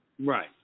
Right